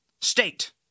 state